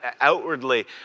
outwardly